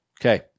okay